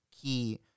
key